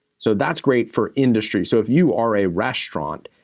so that's great for industry. so if you are a restaurant,